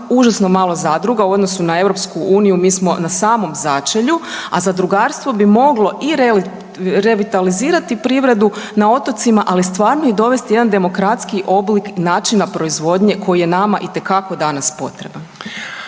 užasno malo zadruga u odnosu na EU, mi smo na samom začelju, a zadrugarstvo bi moglo i revitalizirati privredu na otocima, ali stvarno i dovesti jedan demokratskiji oblik načina proizvodnje koji je nama itekako danas potreban.